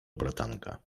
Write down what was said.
bratanka